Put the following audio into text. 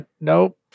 Nope